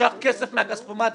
משכת כסף מהכספומט,